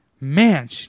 Man